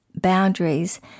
boundaries